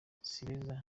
sibeza